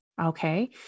okay